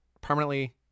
permanently